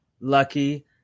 Lucky